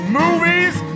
movies